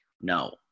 no